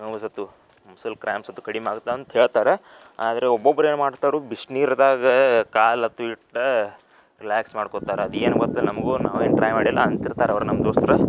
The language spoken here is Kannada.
ನವ್ಸ್ ಅಂತೂ ಮಸಲ್ ಕ್ರ್ಯಾಮ್ಸ್ ಅಂತೂ ಕಡಿಮೆ ಆಗತ್ತೆ ಅಂತ ಹೇಳ್ತಾರೆ ಆದರೆ ಒಬ್ಬೊಬ್ರು ಏನು ಮಾಡ್ತಾರೆ ಬಿಸ್ನೀರ್ದಾಗ ಕಾಲು ಅಂತೂ ಇಟ್ಟು ರಿಲ್ಯಾಕ್ಸ್ ಮಾಡ್ಕೋತಾರೆ ಅದೇನು ಗೊತ್ತಿಲ್ಲ ನಮಗೂ ನಾವೇನೂ ಟ್ರೈ ಮಾಡಿಲ್ಲ ಅಂತಿರ್ತಾರೆ ಅವರು ನಮ್ಮ ದೋಸ್ತ್ರು